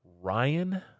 Ryan